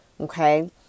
Okay